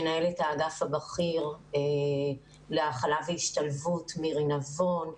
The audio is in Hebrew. מנהלת האגף הבכיר להכלה והשתלבות מירי נבון.